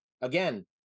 again